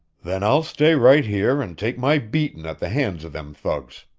then i'll stay right here and take my beatin' at the hands of them thugs.